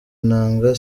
inanga